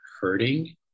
hurting